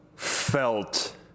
felt